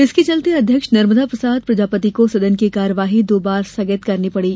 इसके चलते अध्यक्ष नर्मदा प्रसाद प्रजापति को सदन की कार्यवाही दो बार स्थगित करनी पड़ी